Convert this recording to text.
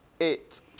Eight